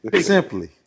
Simply